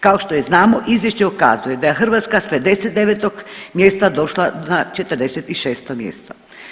Kao što i znamo izvješće ukazuje da je Hrvatska s 59 mjesta došla na 46 mjesto.